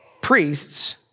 priests